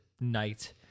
night